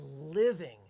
living